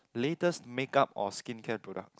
latest makeup or skincare products